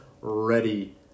ready